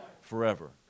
forever